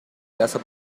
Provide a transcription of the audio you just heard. casa